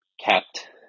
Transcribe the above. kept